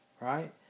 Right